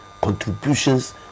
contributions